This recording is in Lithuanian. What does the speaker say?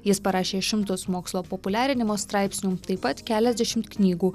jis parašė šimtus mokslo populiarinimo straipsnių taip pat keliasdešimt knygų